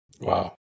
Wow